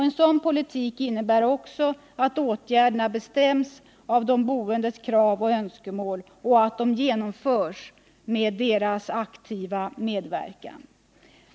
En sådan politik innebär också att åtgärderna bestäms av de boendes krav och önskemål och att de genomförs med deras aktiva medverkan.